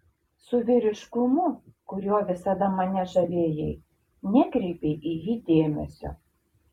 su vyriškumu kuriuo visada mane žavėjai nekreipei į jį dėmesio